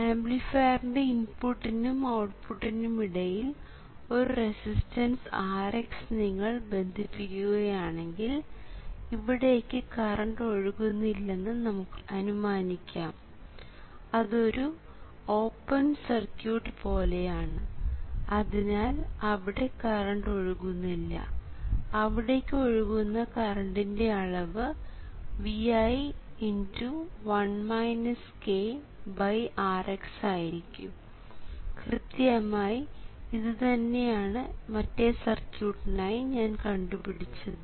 ആംപ്ലിഫയറിൻറെ ഇൻപുട്ടിനും ഔട്ട്പുട്ടിനും ഇടയിൽ ഒരു റെസിസ്റ്റൻസ് Rx നിങ്ങൾ ബന്ധിപ്പിക്കുകയാണെങ്കിൽ ഇവിടേയ്ക്ക് കറണ്ട് ഒഴുകുന്നില്ലെന്ന് നമുക്ക് അനുമാനിക്കാം അത് ഒരു ഓപ്പൺ സർക്യൂട്ട് പോലെ ആണ് അതിനാൽ അവിടെ കറണ്ട് ഒഴുകുന്നില്ല അവിടെയ്ക്ക് ഒഴുകുന്ന കറണ്ടിൻറെ അളവ് ViRx ആയിരിക്കും കൃത്യമായി ഇതുതന്നെയാണ് മറ്റേ സർക്യൂട്ടിനായി ഞാൻ കണ്ടുപിടിച്ചത്